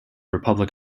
republic